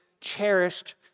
cherished